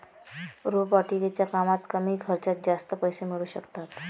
रोपवाटिकेच्या कामात कमी खर्चात जास्त पैसे मिळू शकतात